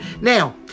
Now